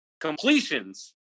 Completions